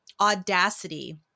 audacity